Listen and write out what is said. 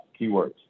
keywords